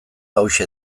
hauxe